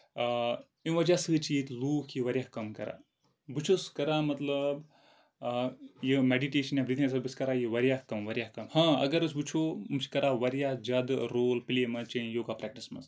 آ اَمہِ وجہہ سۭتۍ چھِ ییٚتہِ لُکھ یہِ واریاہ کَم کران بہٕ چھُس کران مطلب یہِ میڈِٹیشن یا بریٖتھنٛگ اٮ۪کزرسایز بہٕ چھُس کران یہِ واریاہ کَم واریاہ کَم ہاں اَگر أسۍ وُچھو یِم چھ کران واریاہ زیادٕ رول پٕلے منٛز چھِ یوگا پریکٹِس منٛز